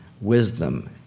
wisdom